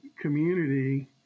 community